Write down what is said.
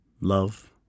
Love